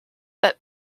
but